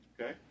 Okay